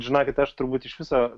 žinokit aš turbūt iš viso